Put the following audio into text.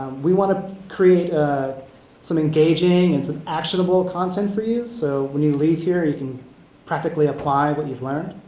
we want to create ah some engaging and some actionable content for you. so when you leave here you can practically apply what you've learned.